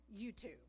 YouTube